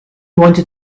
wanted